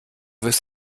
wirst